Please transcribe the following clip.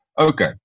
okay